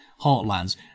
heartlands